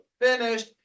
finished